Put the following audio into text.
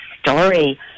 story